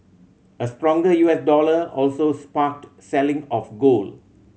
a stronger U S dollar also sparked selling of gold